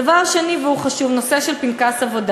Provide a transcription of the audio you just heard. דבר שני, והוא חשוב, הוא הנושא של פנקס עבודה.